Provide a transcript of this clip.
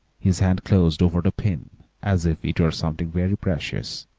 his hand closed over the pin as if it were something very precious,